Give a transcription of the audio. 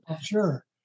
Sure